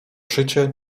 szycie